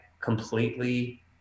completely